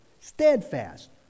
steadfast